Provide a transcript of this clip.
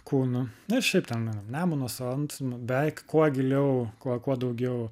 kūnu na ir šiaip ten nemunas ant beveik kuo giliau kuo kuo daugiau